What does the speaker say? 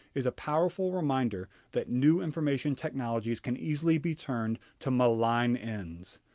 is a powerful reminder that new information technologies can easily be turned to malign ends.